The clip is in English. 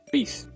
Peace